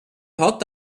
hat